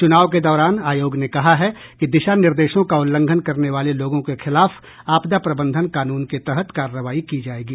चुनाव के दौरान आयोग ने कहा है कि दिशा निर्देशों का उल्लंघन करने वाले लोगों के खिलाफ आपदा प्रबंधन कानून के तहत कार्रवाई की जायेगी